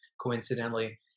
coincidentally